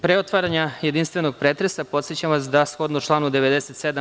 Pre otvaranja jedinstvenog pretresa podsećam vas da shodno članu 97.